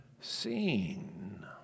seen